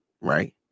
right